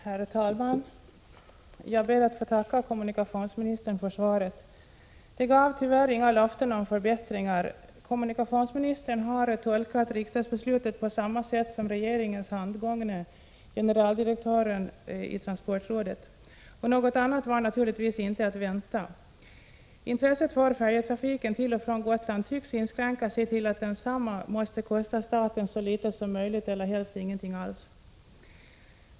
Herr talman! Jag ber att få tacka kommunikationsministern för svaret. Det gav tyvärr inga löften om förbättringar. Kommunikationsministern har tolkat riksdagsbeslutet på samma sätt som regeringens handgångne, generaldirektören i transportrådet, och något annat var naturligtvis inte att vänta. Intresset för färjetrafiken till och från Gotland tycks inskränka sig till att densamma måste kosta staten så litet som möjligt eller helst ingenting alls.